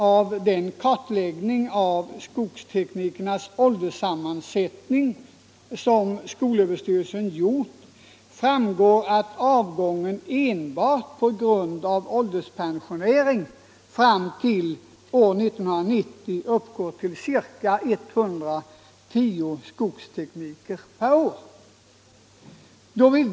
Av den kartläggning av skogsteknikerkårens ålderssammansättning som skolöverstyrelsen gjort framgår dessutom att avgången enbart på grund av ålderspensioneringen fram till år 1990 uppgår till ca 109 per år.